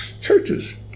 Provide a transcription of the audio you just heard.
Churches